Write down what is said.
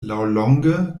laŭlonge